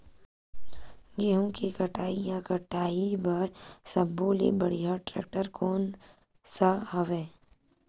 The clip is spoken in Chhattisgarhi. गेहूं के कटाई या कटाई बर सब्बो ले बढ़िया टेक्टर कोन सा हवय?